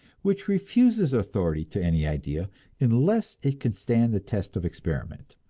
which refuses authority to any idea unless it can stand the test of experiment,